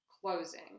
closing